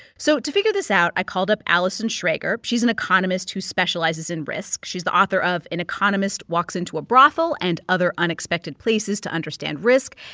so to figure this out i called up allison schrager. she's an economist who specializes in risk. she's the author of an economist walks into a brothel and other unexpected places to understand risk.